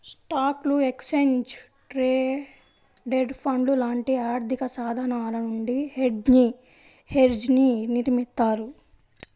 స్టాక్లు, exchange traded ఫండ్లు లాంటి ఆర్థికసాధనాల నుండి హెడ్జ్ని నిర్మిత్తారు